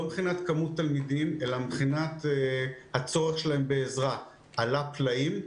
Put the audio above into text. לא מבחינת כמות התלמידים אלא מבחינת הצורך שלהם בעזרה עלה פלאים.